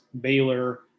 Baylor